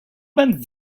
man